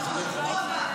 לא נורא,